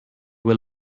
will